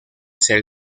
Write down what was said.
ser